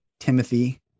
Timothy